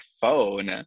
phone